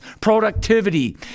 productivity